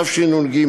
תשנ"ג,